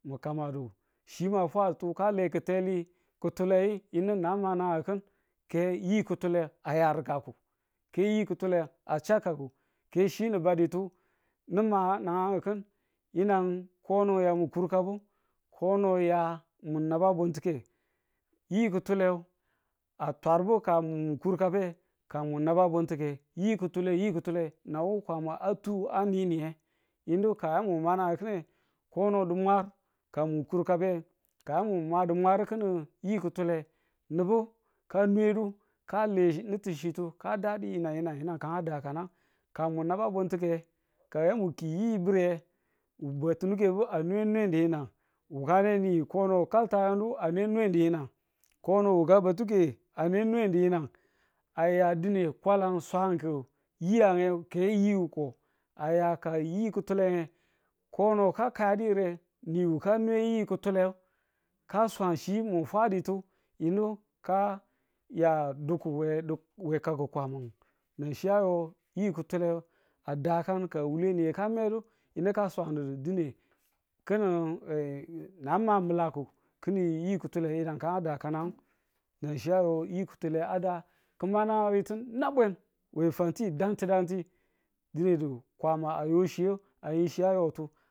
mi kamadu chi ma fwatu ka le ki̱teli kutule yinu na ma nagang ki. ke yi kutule a ya rikaku ke yi kutule cha kakku ke chi ni baditu nima nang kin yi̱nang kono a ya mu kurkabu kono a ya mun naba bunti̱ke yi kutule a tarbu ka mun kurkabe ka mun naba buntuke yi kutule yi kutule nawu Kwama a tu a niniye yino ka yamu ma nagan ki̱nne ko no dumwar ka mu kur kabeye ka yamu mwa dumar ki̱nin yi kutule nubu ka nwedu ka le nutuchitu ka dadi yi̱nang yi̱nang yi̱nang kan a dakanang. ka mun naba buntuke ka yamu ki yi biriye, bututtugebu a ne nwedu yinang wu kane ni kono kaltanu a ne nwenu yinang kono wuka batuke a ne nwedun yinang a ya dine kwalan swanku yiya ken yiko a ya ka yikutule nge, kono ka kayadi yire, niwu ka nwe yi kutule ka swan chi mu fwaditu yinu ka ya dukur we duk we kakku kwamang nan chi a yo yi kutulen a dakan ka wule niye ka medu yinu ka swandudu dine ki̱ne ma milaku kinin yi kutule yinang kan a dakang nan chi a yo yi kutule a da ki ma nagang ritu nabwen we fanti dangti dangti dinedu Kwama ayo chiye a yin chi a datu